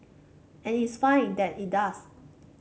and it's fine that it does